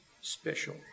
special